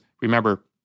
remember